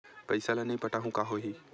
पईसा ल नई पटाहूँ का होही?